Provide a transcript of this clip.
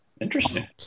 Interesting